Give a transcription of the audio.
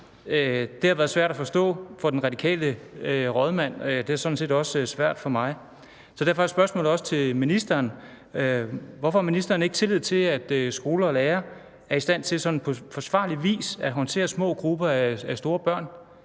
Det har været svært at forstå for den radikale rådmand, og det er sådan set også svært for mig at forstå. Derfor er spørgsmålet også til ministeren: Hvorfor har ministeren ikke tillid til, at skoler og lærere er i stand til sådan på forsvarlig vis at håndtere små grupper af store børn,